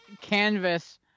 canvas